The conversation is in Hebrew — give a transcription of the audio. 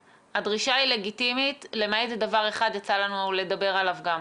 הדרישה היא לגיטימית לגבי דבר אחד שיצא לנו גם לדבר עליו.